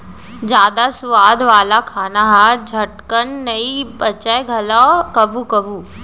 जादा सुवाद वाला खाना ह झटकन नइ पचय घलौ कभू कभू